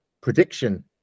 prediction